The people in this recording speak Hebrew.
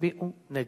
יצביעו נגד.